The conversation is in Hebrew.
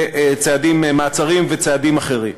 מעצרים וצעדים אחרים.